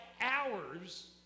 hours